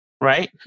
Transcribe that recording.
right